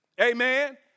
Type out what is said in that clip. Amen